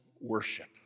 worship